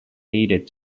needed